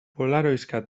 polaroiska